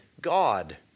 God